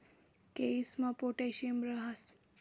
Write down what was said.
केयीसमा पोटॅशियम राहस